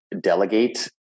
delegate